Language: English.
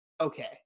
okay